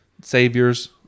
saviors